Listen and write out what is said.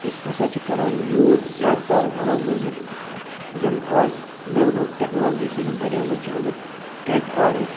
أسۍ ہَسا چھِ کَران یوٗز زیادٕ تَر گھرو منٛز یِم آز نٔو نٔو ٹیٚکنالوجی سۭتۍ بَنیٛامِتۍ چھِ آمٕتۍ کیٚنٛٹ آر او